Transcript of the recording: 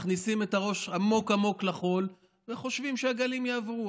מכניסים את הראש עמוק עמוק לחול וחושבים שהגלים יעברו.